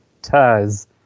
Taz